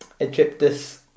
Egyptus